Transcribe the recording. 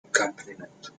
accompaniment